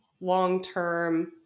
long-term